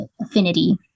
affinity